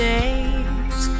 days